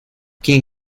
quien